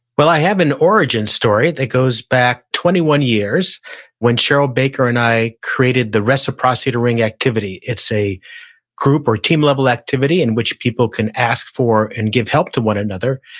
well, i have an origin story that goes back twenty one years when cheryl baker and i created the reciprocity ring activity. it's a group or team-level activity in which people can ask for and give help to one another.